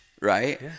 right